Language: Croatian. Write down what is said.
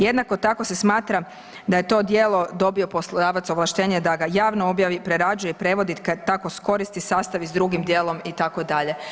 Jednako tako se smatra da je to djelo dobio poslodavac ovlaštenje da ga javno objavi, prerađuje i prevodi te tako iskoristi sastav i s drugim djelom itd.